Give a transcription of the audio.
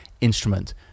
instrument